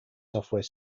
software